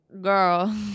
girl